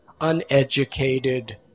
uneducated